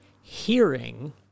hearing